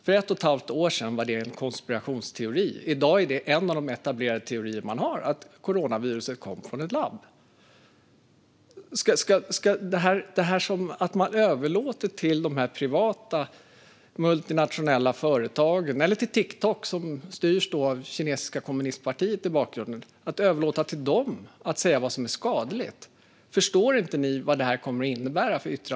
För ett och ett halvt år sedan var det en konspirationsteori. I dag är det en av de etablerade teorier man har: att coronaviruset kom från ett labb. Förstår ni inte vad det kommer att innebära för yttrandefriheten om man överlåter till de privata multinationella företagen eller till Tiktok, som styrs av det kinesiska kommunistpartiet i bakgrunden, att säga vad som är skadligt?